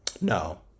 no